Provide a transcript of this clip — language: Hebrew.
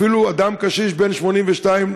אפילו אדם קשיש בן 82,